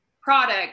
product